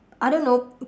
I don't know